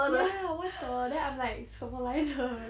ya what the then I'm like 什么来的